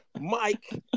Mike